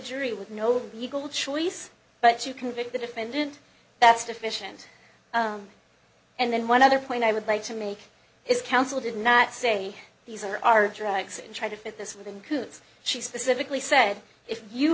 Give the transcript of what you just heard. jury with no legal choice but you convict the defendant that's deficient and then one other point i would like to make is counsel did not say these are our drugs and try to fit this within coots she specifically said if you